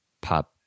pop